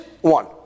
one